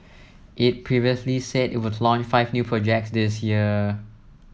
it previously said it would launch five new projects this year